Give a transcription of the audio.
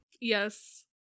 Yes